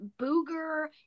booger